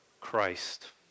Christ